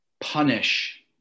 punish